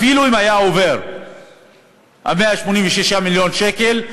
אפילו אם היו עוברים 186 מיליון שקל,